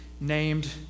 named